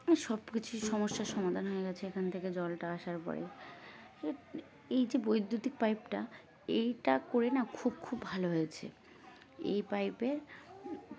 সব কিছুই সমস্যার সমাধান হয়ে গেছে এখান থেকে জলটা আসার পরে এই যে বৈদ্যুতিক পাইপটা এইটা করে না খুব খুব ভালো হয়েছে এই পাইপের